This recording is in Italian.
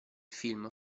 film